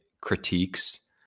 critiques